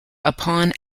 upon